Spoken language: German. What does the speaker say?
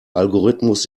algorithmus